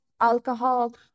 alcohol